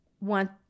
want